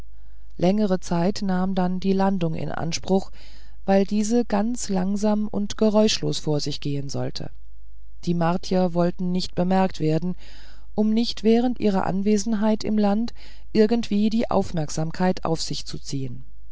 längere zeit nahm dann die landung in anspruch weil diese ganz langsam und geräuschlos vor sich gehen sollte die martier wollten dabei nicht bemerkt werden um nicht während ihrer anwesenheit im land irgendwie die aufmerksamkeit auf sich zu ziehen